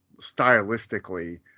stylistically